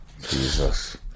Jesus